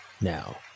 Now